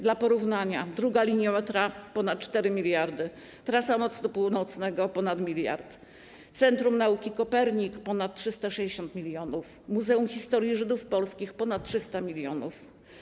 Dla porównania druga linia metra to ponad 4 mld, Trasa Mostu Północnego - ponad 1 mld, Centrum Nauki Kopernik - ponad 360 mln, Muzeum Historii Żydów Polskich - ponad 300 mln.